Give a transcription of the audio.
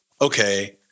okay